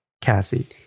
Cassie